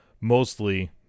mostly